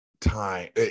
time